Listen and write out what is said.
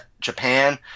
Japan